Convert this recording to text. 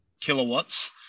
kilowatts